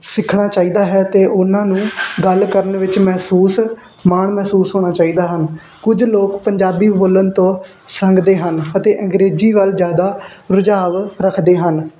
ਸਿੱਖਣਾ ਚਾਹੀਦਾ ਹੈ ਅਤੇ ਉਹਨਾਂ ਨੂੰ ਗੱਲ ਕਰਨ ਵਿੱਚ ਮਹਿਸੂਸ ਮਾਣ ਮਹਿਸੂਸ ਹੋਣਾ ਚਾਹੀਦਾ ਹਨ ਕੁਝ ਲੋਕ ਪੰਜਾਬੀ ਬੋਲਣ ਤੋਂ ਸੰਗਦੇ ਹਨ ਅਤੇ ਅੰਗਰੇਜ਼ੀ ਵੱਲ ਜਿਆਦਾ ਰੁਝਾਨ ਰੱਖਦੇ ਹਨ